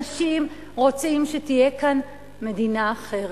אנשים רוצים שתהיה כאן מדינה אחרת,